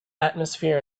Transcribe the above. atmosphere